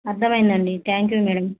అర్థమైందండి thank you madam